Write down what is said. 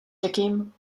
někým